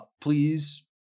please